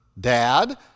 dad